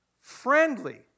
friendly